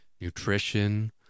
nutrition